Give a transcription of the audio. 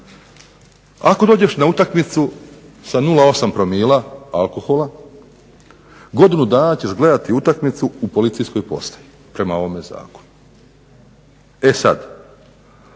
Ako dođeš na utakmicu sa 0,8 promila alkohola, godinu dana ćeš gledati utakmicu u policijskoj postaji prema ovom zakonu. E sada,